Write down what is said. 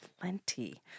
plenty